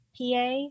PA